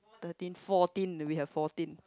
thirteen fourteen that we have fourteen